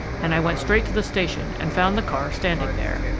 and i went straight to the station and found the car standing there.